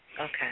Okay